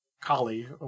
collie